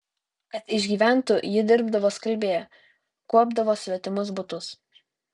kad išgyventų ji dirbdavo skalbėja kuopdavo svetimus butus